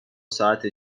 ساعت